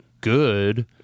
good